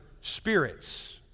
spirits